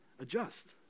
adjust